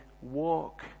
walk